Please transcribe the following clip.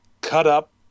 cut-up